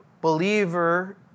believer